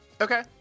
Okay